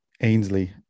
Ainsley